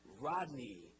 Rodney